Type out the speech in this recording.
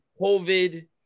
COVID